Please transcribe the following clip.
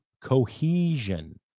cohesion